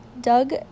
Doug